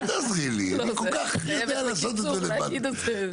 אז הוא מקבל דמי שכירות אחרים מהדירה החדשה שהוא רכש.